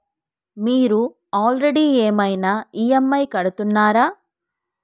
మీరు ఆల్రెడీ ఏమైనా ఈ.ఎమ్.ఐ కడుతున్నారా?